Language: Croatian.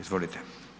Izvolite.